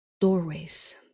doorways